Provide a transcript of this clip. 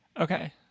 Okay